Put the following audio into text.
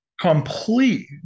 complete